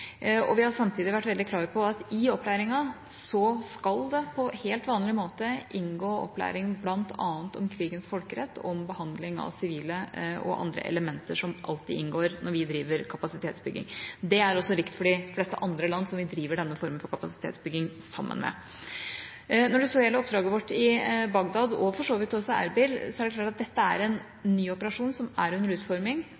Vi har samtidig vært veldig klar på at i opplæringa skal det på helt vanlig måte inngå opplæring i bl.a. krigens folkerett og behandling av sivile og andre elementer, som alltid inngår når vi driver kapasitetsbygging. Dette er likt for de fleste andre land som vi driver denne formen for kapasitetsbygging sammen med. Når det så gjelder oppdraget vårt i Bagdad – og for så vidt også i Erbil – er det klart at dette er en ny operasjon som er under utforming.